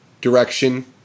direction